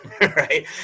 Right